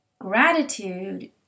gratitude